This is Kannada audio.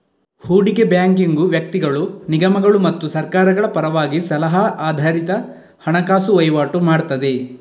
ಹೂಡಿಕೆ ಬ್ಯಾಂಕಿಂಗು ವ್ಯಕ್ತಿಗಳು, ನಿಗಮಗಳು ಮತ್ತು ಸರ್ಕಾರಗಳ ಪರವಾಗಿ ಸಲಹಾ ಆಧಾರಿತ ಹಣಕಾಸು ವೈವಾಟು ಮಾಡ್ತದೆ